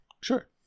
sure